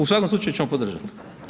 U svakom slučaju ćemo podržati.